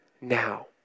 now